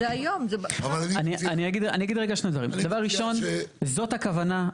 אני אגיד רגע שני דברים: דבר ראשון, זאת הכוונה.